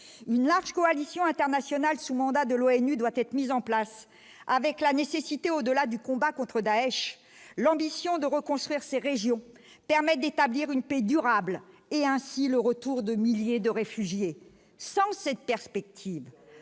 une large coalition internationale sous mandat de l'ONU doit être mis en place avec la nécessité au-delà du combat contre Daech l'ambition de reconstruire ces régions permettent d'établir une paix durable et ainsi le retour de milliers de réfugiés sans cette perspective